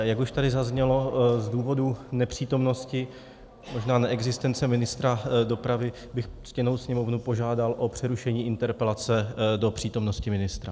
Jak už tady zaznělo, z důvodu nepřítomnosti, možná neexistence ministra dopravy bych ctěnou Sněmovnu požádal o přerušení interpelace do přítomnosti ministra.